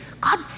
God